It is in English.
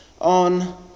on